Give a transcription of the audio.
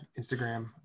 Instagram